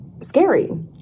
scary